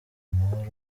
amahoro